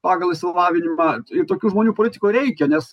pagal išsilavinimą ir tokių žmonių politikoj reikia nes